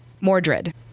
Mordred